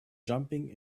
jumping